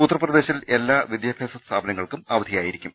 ഉത്തർപ്ര ദേശിൽ എല്ലാ വിദ്യാഭ്യാസ സ്ഥാപനങ്ങൾക്കും അവധിയായിരിക്കും